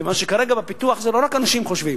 כיוון שכרגע בפיתוח לא רק אנשים חושבים,